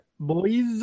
Boys